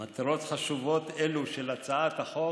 מטרות חשובות אלו של הצעת החוק,